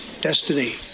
destiny